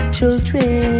Children